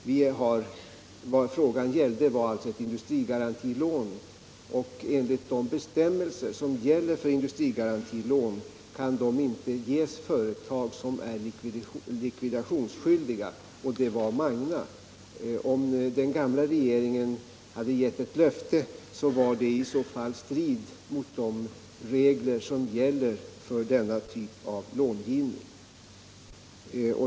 Vad frågan — Uddevalla kan de inte ges till företag som är likvidationsskyldiga, och det var Magna. Om den gamla regeringen gett ett sådant löfte, så skulle det ha stått i strid mot de regler som gäller för denna typ av långivning.